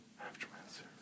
Aftermath